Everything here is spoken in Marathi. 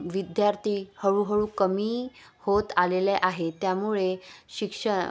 विद्यार्थी हळूहळू कमी होत आलेले आहे त्यामुळे शिक्षण